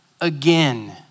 again